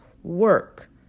work